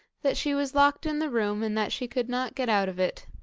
that she was locked in the room, and that she could not get out of it.